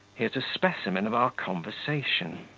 here's a specimen of our conversation